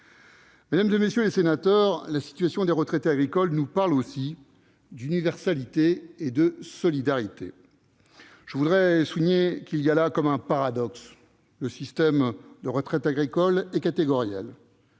Mesdames, messieurs les sénateurs, la situation des retraités agricoles nous parle aussi d'universalité et de solidarité. Je voudrais souligner qu'il y a là comme un paradoxe : le système de retraite agricole est catégoriel.